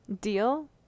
Deal